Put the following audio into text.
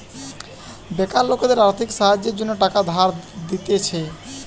বেকার লোকদের আর্থিক সাহায্যের জন্য টাকা ধার দিতেছে